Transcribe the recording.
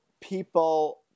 people